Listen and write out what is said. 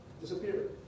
disappeared